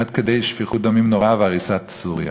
עד כדי שפיכות דמים נוראה והריסת סוריה.